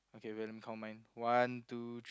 okay count mine one two t~